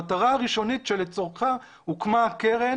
המטרה הראשונית שלצורכה הוקמה הקרן